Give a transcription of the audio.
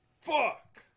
fuck